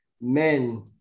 men